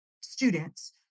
students